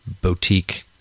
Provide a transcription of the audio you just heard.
Boutique